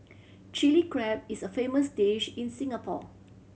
Chilli Crab is a famous dish in Singapore